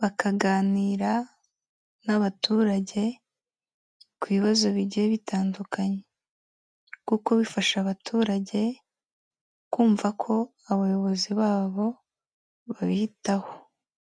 bakaganira nabaturage ku bibazo bigiye bitandukanye, kuko bifasha abaturage kumva ko abayobozi babo babitaho.